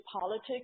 politics